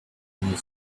and